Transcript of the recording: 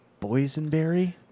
boysenberry